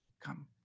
come